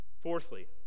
Fourthly